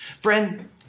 friend